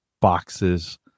boxes